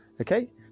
Okay